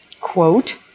quote